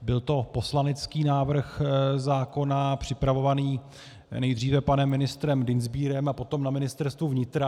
Byl to poslanecký návrh zákona připravovaný nejdříve panem ministrem Dienstbierem a potom na Ministerstvu vnitra.